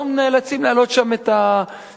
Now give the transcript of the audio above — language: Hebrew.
היום נאלצים להעלות שם את הארנונה.